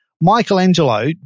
Michelangelo